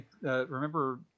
remember